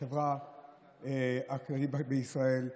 והחברה הכללית בישראל,